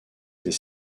des